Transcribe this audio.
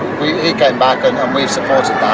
he came back, and we've supported